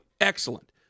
Excellent